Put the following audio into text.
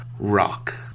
Rock